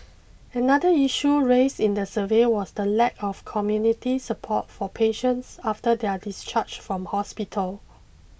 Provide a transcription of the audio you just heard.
another issue raised in the survey was the lack of community support for patients after their discharge from hospital